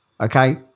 Okay